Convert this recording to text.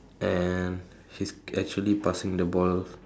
and he's actually passing the ball